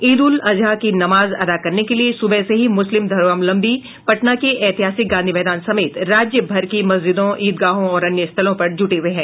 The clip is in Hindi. ईद उल अज़हा की नमाज़ अदा करने के लिये सुबह से ही मुस्लिम धर्मावलंबी पटना के ऐतिहासिक गांधी मैदान समेत राज्य भर की मस्जिदों ईदगाहों और अन्य स्थलों पर जुटे हैं